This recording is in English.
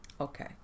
Okay